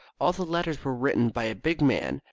all the letters were written by a big man,